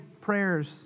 prayers